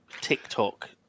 TikTok